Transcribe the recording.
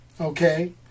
okay